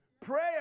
Prayer